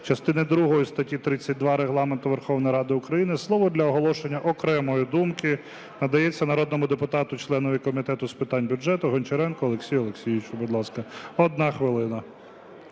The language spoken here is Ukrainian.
частини другої статті 32 Регламенту Верховної Ради України слово для оголошення окремої думки надається народному депутату членові Комітету з питань бюджету Гончаренку Олексію Олексійовичу. Будь ласка, 1 хвилина.